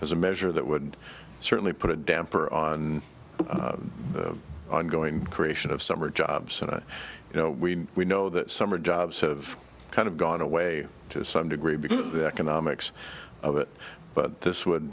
as a measure that would certainly put a damper on the ongoing creation of summer jobs and i you know we we know that summer jobs have kind of gone away to some degree because of the economics of it but this would